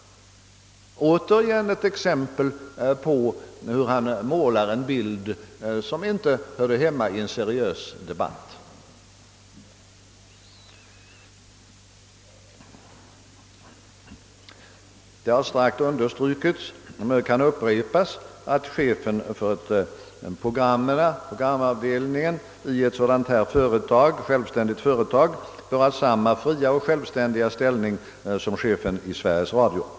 Återigen ett exempel på hur herr Palme målar en bild som inte hör hemma i en seriös debatt. Det har starkt understrukits och det kan upprepas att chefen för programavdelningen i ett självständigt företag bör ha samma fria och självständiga ställning som chefen för Sveriges Radio.